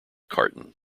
carton